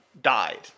died